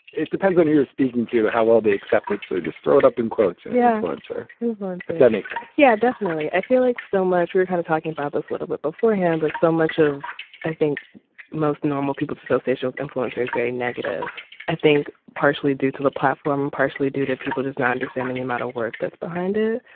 it depends on who you're speaking to how well they accept it so just throw it up in quotes and yeah influencer if that makes sense. yeah definitely. i feel like so much we're kind of talking about this a little bit beforehand but so much of i think most normal people's association with influence is very negative. i think partially due to the platform partially due to people just not understanding the amount of work that's behind it.